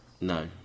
No